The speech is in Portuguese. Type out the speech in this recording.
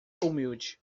humilde